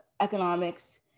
economics